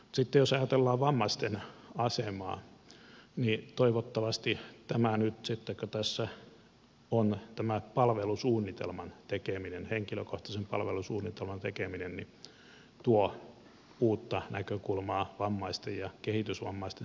sitten jos ajatellaan vammaisten asemaa niin toivottavasti tämä kun tässä on tämä henkilökohtaisen palvelusuunnitelman tekeminen tuo uutta näkökulmaa vammaisten ja kehitysvammaisten saamiin palveluihin